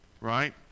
right